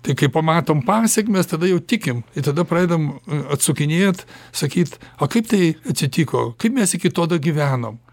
tai kai pamatom pasekmes tada jau tikim ir tada pradedam atsukinėt sakyt o kaip tai atsitiko kaip mes iki to dagyvenom